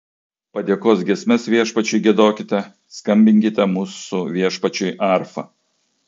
padėkos giesmes viešpačiui giedokite skambinkite mūsų viešpačiui arfa